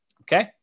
Okay